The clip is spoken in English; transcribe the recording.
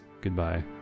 goodbye